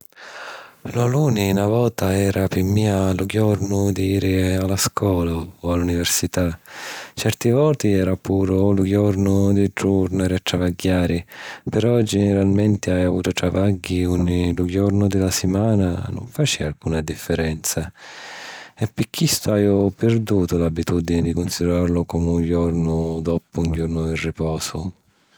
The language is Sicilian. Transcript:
Lu luni na vota era pi mia lu jornu di jiri a la scola o a l'università. Certi voti era puru lu jornu di turnari a travagghiari, però giniralmenti haju avutu travagghi unni lu jornu di la simana nun facìa alcuna differenza e pi chistu haju pirdutu l'abitùdini di cunsidirarlu comu un jornu doppu un jornu di riposu.